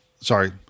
sorry